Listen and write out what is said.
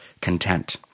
content